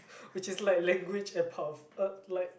which is like language empath uh like